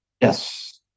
Yes